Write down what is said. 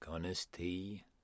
Honesty